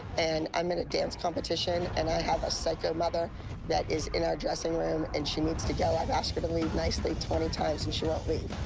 and i'm in a dance competition. and i have a psycho mother that is in our dressing room, and she needs to go. i've asked her to leave nicely twenty times, and she won't leave.